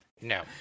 No